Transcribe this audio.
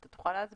אתה תוכל להסביר?